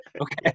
Okay